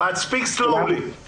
תדבר באנגלית אבל